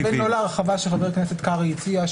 הוא מתכוון לא להרחבה שחבר הכנסת קרעי הציע,